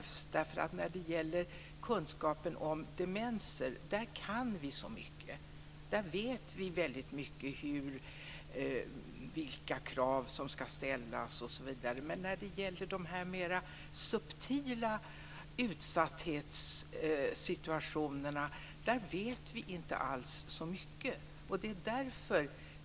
Vi har redan kunskap om demens. Vi vet väldigt mycket om vilka krav som ska ställas osv. Däremot vet vi inte så mycket om de mer subtila utsatthetssituationerna.